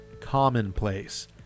commonplace